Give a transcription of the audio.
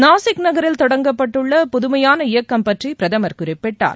நாசிக் நகரில் தொடங்கப்பட்டுள்ள புதுமையான இயக்கம் பற்றி பிரதமர் குறிப்பிட்டார்